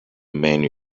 menu